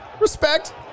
respect